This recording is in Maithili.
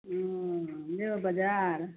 ओ जेबै बजार